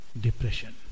depression